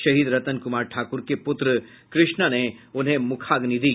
शहीद रतन कुमार ठाकुर के पुत्र कृष्णा ने उन्हें मुखाग्नि दी